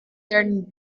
den